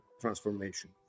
transformation